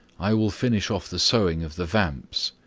i will finish off the sewing of the vamps.